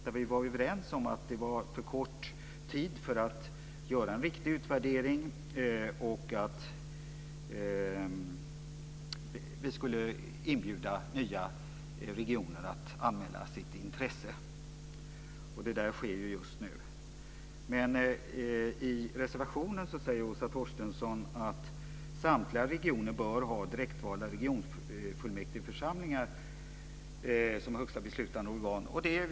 Där var vi överens om att det var för kort tid för att göra en riktig utvärdering och att nya regioner skulle inbjudas att anmäla sitt intresse, vilket just nu sker. I reservationen säger Åsa Torstensson att samtliga regioner bör ha direktvalda regionfullmäktigeförsamlingar som högsta beslutande organ.